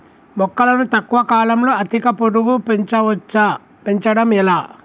మొక్కను తక్కువ కాలంలో అధిక పొడుగు పెంచవచ్చా పెంచడం ఎలా?